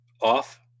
off